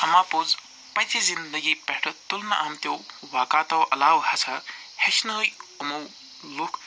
اَما پوٚز پَژِ زِندگی پٮ۪ٹھٕ تُلنہٕ آمتیو واقعاتو علاوٕ ہَسا ہیٚچھنٲے یِمو لُکھ